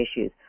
issues